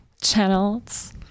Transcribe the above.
channels